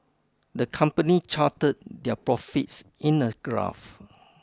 the company charted their profits in a graph